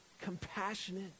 compassionate